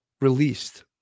released